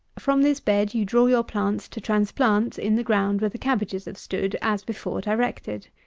from this bed you draw your plants to transplant in the ground where the cabbages have stood, as before directed.